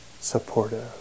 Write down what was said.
supportive